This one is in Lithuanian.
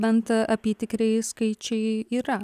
bent apytikriai skaičiai yra